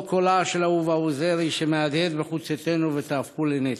או קולה של אהובה עוזרי שמהדהד בחוצותינו ותהפכו לנצח?